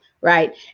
Right